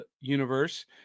universe